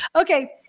okay